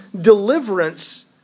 deliverance